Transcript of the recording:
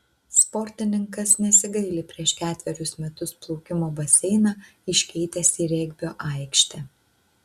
sportininkas nesigaili prieš ketverius metus plaukimo baseiną iškeitęs į regbio aikštę